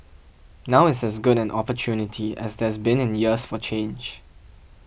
now is as good an opportunity as there's been in years for change